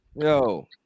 Yo